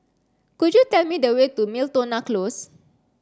could you tell me the way to Miltonia Close